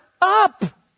up